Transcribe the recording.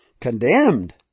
Condemned